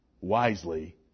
wisely